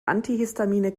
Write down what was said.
antihistamine